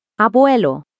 Abuelo